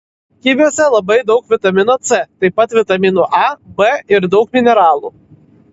kiviuose labai daug vitamino c taip pat vitaminų a b ir daug mineralų